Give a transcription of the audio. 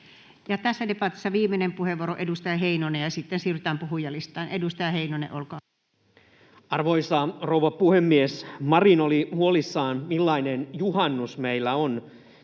Tässä debatissa viimeinen puheenvuoro edustaja Heinoselle, ja sitten siirrytään puhujalistaan. — Edustaja Heinonen, olkaa hyvä. Arvoisa rouva puhemies! Marin oli huolissaan, millainen juhannus meillä on.